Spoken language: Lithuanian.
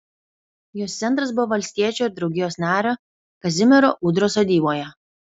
jos centras buvo valstiečio ir draugijos nario kazimiero ūdros sodyboje